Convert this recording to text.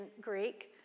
Greek